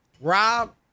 Rob